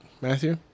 Matthew